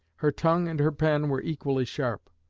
her tongue and her pen were equally sharp.